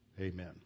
Amen